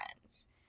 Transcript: friends